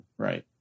right